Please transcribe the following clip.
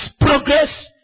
progress